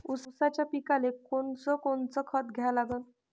ऊसाच्या पिकाले कोनकोनचं खत द्या लागन?